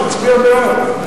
או שתצביע בעד.